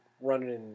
running